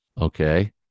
Okay